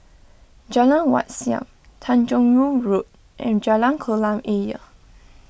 Jalan Wat Siam Tanjong Rhu Road and Jalan Kolam Ayer